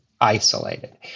isolated